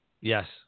Yes